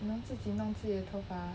能自己弄自己的头发